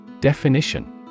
Definition